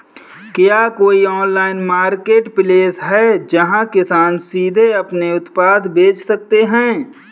क्या कोई online marketplace है जहाँ किसान सीधे अपने उत्पाद बेच सकते हैं?